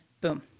boom